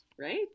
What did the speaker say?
right